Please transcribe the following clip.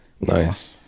Nice